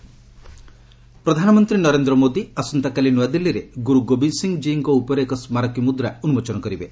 PM release ପ୍ରଧାନମନ୍ତ୍ରୀ ନରେନ୍ଦ୍ର ମୋଦି ଆସନ୍ତାକାଲି ନୂଆଦିଲ୍ଲୀରେ ଗୁରୁ ଗୋବିନ୍ଦ ସିଂହ ଜୀଙ୍କ ଉପରେ ଏକ ସ୍କାରକୀ ମୁଦ୍ରା ଉନ୍ନୋଚନ କରିବେ